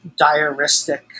diaristic